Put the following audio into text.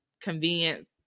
convenient